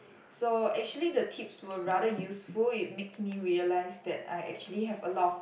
so actually the tips were rather useful it makes me realise that I actually have a lot of